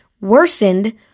worsened